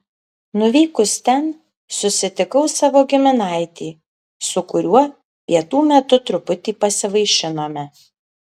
nuvykus ten susitikau savo giminaitį su kuriuo pietų metu truputį pasivaišinome